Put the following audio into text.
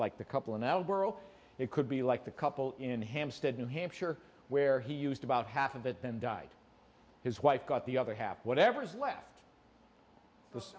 world it could be like the couple in hampstead new hampshire where he used about half of that then died his wife got the other half whatever is left because